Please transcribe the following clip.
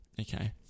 Okay